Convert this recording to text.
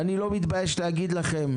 ואני לא מתבייש להגיד לכם,